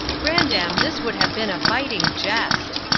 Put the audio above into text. grandam, this would have been a biting jest.